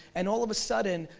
and all of a sudden,